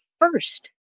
first